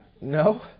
No